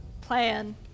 plan